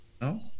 No